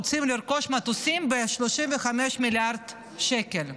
רוצים לרכוש מטוסים ב-35 מיליארד שקל.